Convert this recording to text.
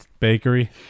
Bakery